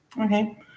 Okay